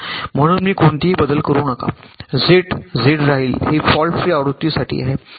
म्हणून मी कोणतेही बदल करु नका झेड झेड राहील हे फॉल्ट फ्री आवृत्तीसाठी आहे